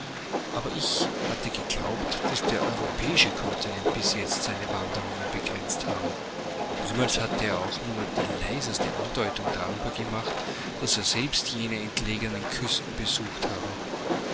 aber ich hatte geglaubt daß der europäische kontinent bis jetzt seine wanderungen begrenzt habe niemals hatte er auch nur die leiseste andeutung darüber gemacht daß er selbst jene entlegenen küsten besucht habe